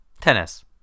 Tennis